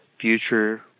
future